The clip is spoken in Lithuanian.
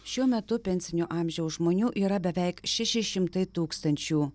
šiuo metu pensinio amžiaus žmonių yra beveik šeši šimtai tūkstančių